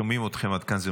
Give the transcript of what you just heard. שומעים אתכם עד כאן.